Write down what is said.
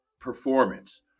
performance